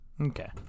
Okay